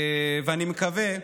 ואני מקווה,